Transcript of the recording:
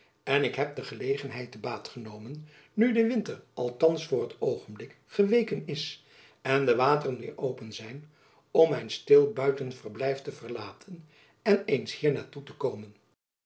en ik heb de gelegenheid te baat genomen nu de winter althands voor t oogenblik geweken is en de wateren weêr open zijn om mijn stil buitenverblijf te verlaten en eens hier naar toe te komen